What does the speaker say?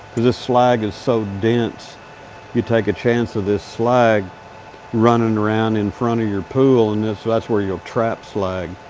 this slag is so dense you take a chance of this slag running around in front of your pool. and so that's where you'll trap slag.